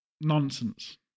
nonsense